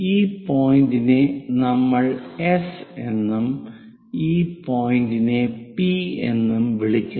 ഈ പോയിന്റിനെ നമ്മൾ എസ് എന്നും ഈ പോയിന്റിനെ പി എന്നും വിളിക്കുന്നു